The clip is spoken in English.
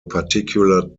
particular